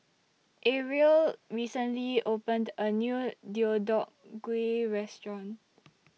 Arielle recently opened A New Deodeok Gui Restaurant